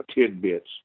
tidbits